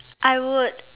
I would